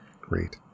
great